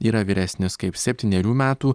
yra vyresnis kaip septynerių metų